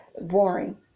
Boring